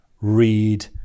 read